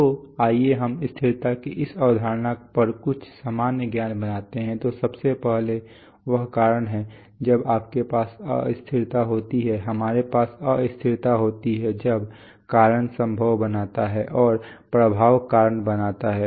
तो आइए हम स्थिरता की इस अवधारणा पर कुछ सामान्य ज्ञान बनाते हैं तो सबसे पहले वह कारण है जब आपके पास अस्थिरता होती है हमारे पास अस्थिरता होती है जब कारण प्रभाव बनाता है और प्रभाव कारण बनाता है